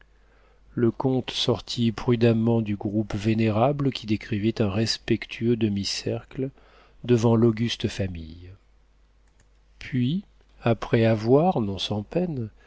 le comte sortit prudemment du groupe vénérable qui décrivait un respectueux demi-cercle devant l'auguste famille puis après avoir non sans peine